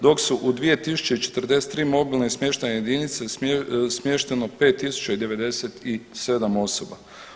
Dok su u 2043 mobilne smještajne jedinice smješteno 5097 osoba.